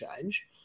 change